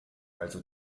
also